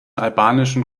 albanischen